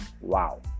Wow